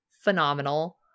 phenomenal